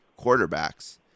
quarterbacks